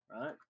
Right